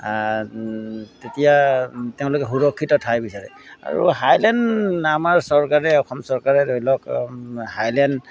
তেতিয়া তেওঁলোকে সুৰক্ষিত ঠাই বিচাৰে আৰু হাইলেণ্ড আমাৰ চৰকাৰে অসম চৰকাৰে ধৰি লওক হাইলেণ্ড